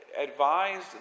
advised